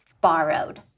borrowed